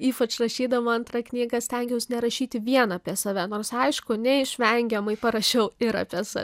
ypač rašydama antrą knygą stengiaus nerašyti vien apie save nors aišku neišvengiamai parašiau ir apie save